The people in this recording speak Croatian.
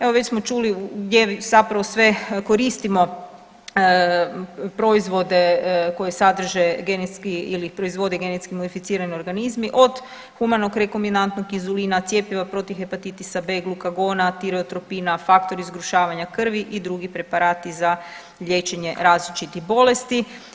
Evo već smo čuli gdje zapravo sve koristimo proizvode koji sadrže ili proizvode genetski modificirani organizmi od humanog rekominantnog inzulina, cjepiva protiv hepatitisa B, glukagona, tirotropina, faktori zgrušavanja krvi i drugi preparati za liječenje različitih bolesti.